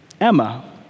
Emma